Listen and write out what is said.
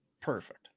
Perfect